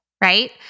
right